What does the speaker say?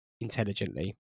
intelligently